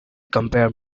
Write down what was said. compare